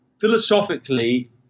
philosophically